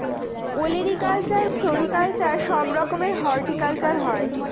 olericulture, floriculture সব রকমের horticulture হয়